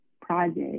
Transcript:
project